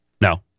No